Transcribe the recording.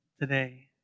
today